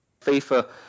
FIFA